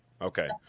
okay